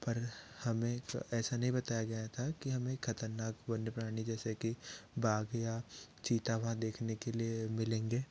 पर हमें तो ऐसा नहीं बताया गया था कि हमें खतरनाक वन्य प्राणी जैसे कि बाघ या चीता वहाँ देखने के लिए मिलेंगे